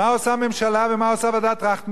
מה עושה הממשלה ומה עושה ועדת-טרכטנברג?